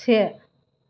से